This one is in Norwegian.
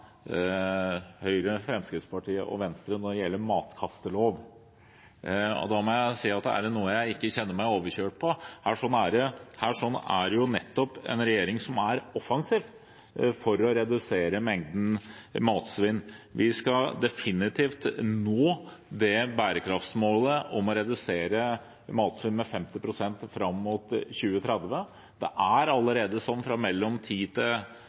det ikke er noe jeg kjenner meg overkjørt på. Her er det jo nettopp en regjering som er offensiv for å redusere mengden matsvinn. Vi skal definitivt nå det bærekraftsmålet om å redusere matsvinn med 50 pst. fram mot 2030. Det er allerede sånn at det fra 2010 til